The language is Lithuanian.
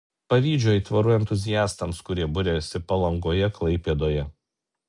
pavydžiu aitvarų entuziastams kurie buriasi palangoje klaipėdoje